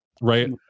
right